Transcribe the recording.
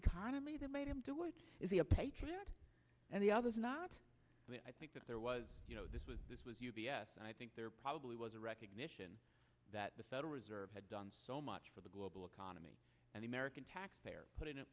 economy that made him do what is he a patriot and the others not but i think that there was you know this was this was u b s i think there probably was a recognition that the federal reserve had done so much for the global economy and the american taxpayer put in